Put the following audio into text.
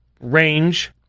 range